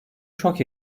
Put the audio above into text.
şok